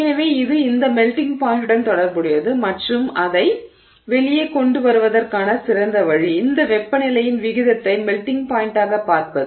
எனவே இது இந்த மெல்டிங் பாய்ண்ட்டுடன் தொடர்புடையது மற்றும் அதை வெளியே கொண்டு வருவதற்கான சிறந்த வழி அந்த வெப்பநிலையின் விகிதத்தை மெல்டிங் பாய்ண்டாகப் பார்ப்பது